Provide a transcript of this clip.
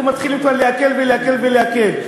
אנחנו מתחילים כבר להקל ולהקל ולהקל,